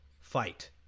fight